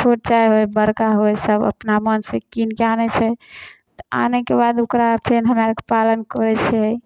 छोट चाहे होय बड़का होय सभ अपना मोनसँ कीनि कऽ आनै छै तऽ आनयके बाद ओकरा फेर हमरा अरके पालन करै छै